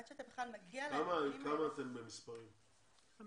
עד שאתה בכלל מגיע להישגים האלה.